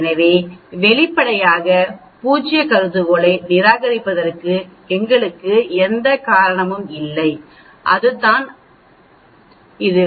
எனவே வெளிப்படையாக பூஜ்ய கருதுகோளை நிராகரிப்பதற்கு எங்களுக்கு எந்த காரணமும் இல்லை அதுதான் அது